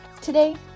Today